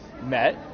met